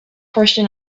portion